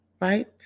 right